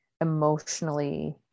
emotionally